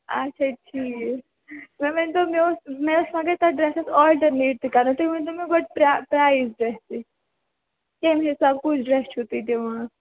اَچھا ٹھیٖک تُہۍ ؤنۍتَو مےٚ اوس مےٚ ٲسۍ مگر تتھ ڈرٛیسس آلٹرنیٹ تہِ کَرٕنۍ تُہۍ ؤنۍ تَو مےٚ گۄڈٕ پر پرایِز کیٛاہ چھُ کَمہِ حِساب کُس ڈرٛیس چھُو تُہۍ دِوان